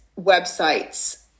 websites